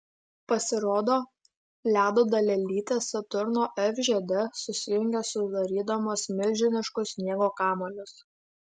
pasirodo ledo dalelytės saturno f žiede susijungia sudarydamos milžiniškus sniego kamuolius